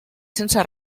sense